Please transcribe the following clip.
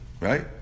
right